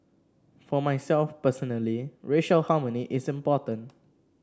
for myself personally racial harmony is important